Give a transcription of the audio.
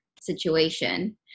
situation